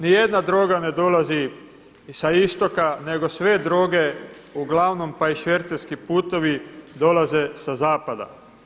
Ni jedna droga ne dolazi sa istoka, nego sve droge uglavnom, pa i švercerski putovi dolaze sa zapada.